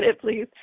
Please